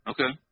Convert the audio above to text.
Okay